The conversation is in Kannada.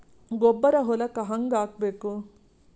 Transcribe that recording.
ಗೊಬ್ಬರ ಹೊಲಕ್ಕ ಹಂಗ್ ಹಾಕಬೇಕು?